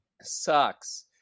sucks